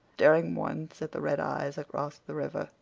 staring once at the red eyes across the river,